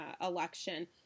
election